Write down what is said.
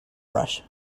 rush